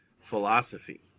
philosophy